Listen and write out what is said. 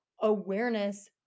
awareness